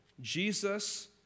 Jesus